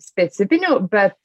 specifinių bet